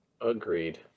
agreed